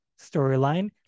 storyline